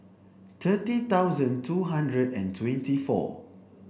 thirty thousand two hundred and twenty four